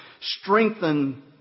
strengthen